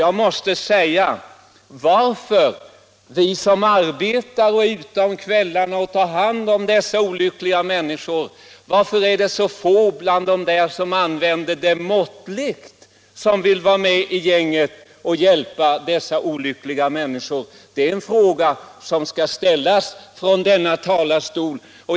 Jag är med ute och arbetar om kvällarna med att ta hand om sådana olyckliga människor - men varför är det så få som använder alkohol måttligt som vill vara med i det gänget? Det är en fråga som skall ställas från denna talarstol.